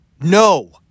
No